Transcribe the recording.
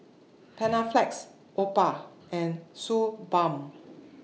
Panaflex Oppo and Suu Balm